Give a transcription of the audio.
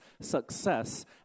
success